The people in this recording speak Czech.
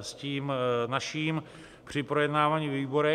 s tím naším při projednávání ve výborech.